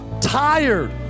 Tired